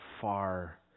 far